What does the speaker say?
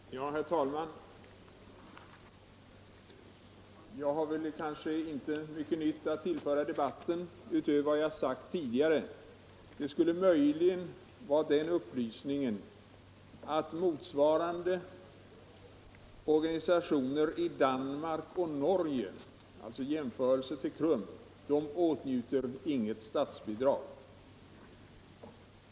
Nr 58 Herr talman! Jag har kanske inte mycket nytt att tillföra debatten Onsdagen den utöver vad jag sagt tidigare. Det skulle möjligen vara den upplysningen 16 april 1975 att motsvarigheterna till KRUM i Danmark och Norge inte åtnjuter något I statsbidrag.